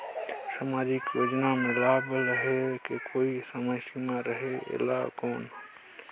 समाजिक योजना मे लाभ लहे के कोई समय सीमा रहे एला कौन?